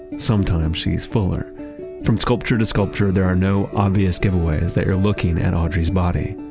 sometimes she's fuller from sculpture to sculpture, there are no obvious giveaways that you're looking at audrey's body,